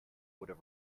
would